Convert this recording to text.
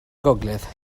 gogledd